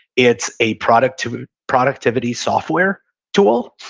it's a productivity productivity software tool.